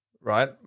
right